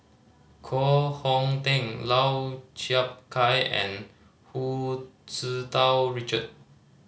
Koh Hong Teng Lau Chiap Khai and Hu Tsu Tau Richard